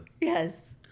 Yes